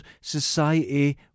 society